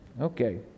Okay